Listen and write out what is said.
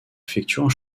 effectuant